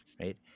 right